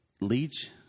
Leach